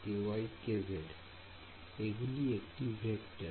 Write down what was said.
Student vector